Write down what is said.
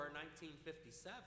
1957